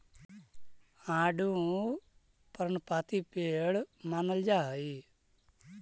आडू पर्णपाती पेड़ मानल जा हई